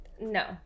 No